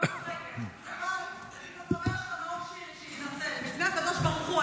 --- שהחבר שלך יתנצל בפני הקדוש ברוך הוא.